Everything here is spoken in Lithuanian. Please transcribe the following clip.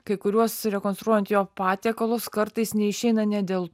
kai kuriuos rekonstruojant jo patiekalus kartais neišeina ne dėl